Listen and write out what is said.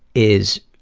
is